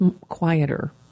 quieter